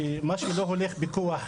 מי שרוצה לקדם את הנושא של ההסדרה,